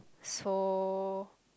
so